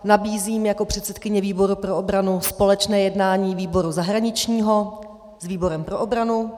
Nabízím jako předsedkyně výboru pro obranu společné jednání výboru zahraničního s výborem pro obranu.